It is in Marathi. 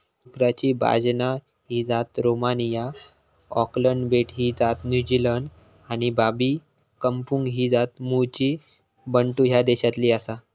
डुकराची बाजना ही जात रोमानिया, ऑकलंड बेट ही जात न्युझीलंड आणि बाबी कंपुंग ही जात मूळची बंटू ह्या देशातली आसा